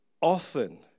often